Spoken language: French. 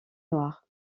noire